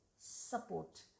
support